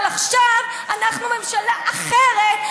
עכשיו אנחנו ממשלה אחרת,